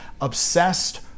obsessed